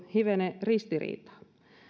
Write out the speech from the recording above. hivenen ristiriitaa